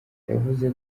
yavuze